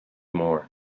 more